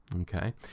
Okay